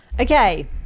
Okay